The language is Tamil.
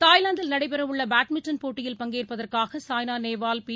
தாய்லாந்தில் நடைபெறவுள்ள பேட்மின்டன் போட்டியில் பங்கேற்பதற்காக சாய்னா நேவால் பி